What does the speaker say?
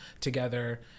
together